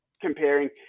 comparing